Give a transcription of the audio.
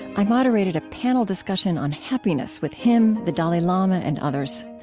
i moderated a panel discussion on happiness with him, the dalai lama, and others.